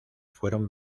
fueron